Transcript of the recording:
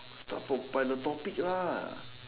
start from by the topic lah